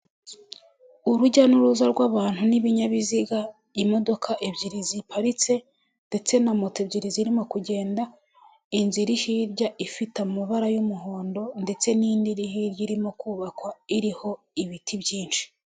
Urujya n'uruza rw'abantu n'ibinyabiziga, imodoka ebyiri ziparitse ndetse na moto ebyiri zirimo kugenda, inzu iri hirya ifite amabara y'umuhondo ndetse n'indi iri hirya irimo kubakwa iriho ibiti byinshi.